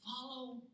Follow